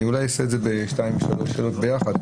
אני אולי אעשה זה בשתיים-שלוש שאלות ביחד,